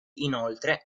inoltre